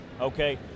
okay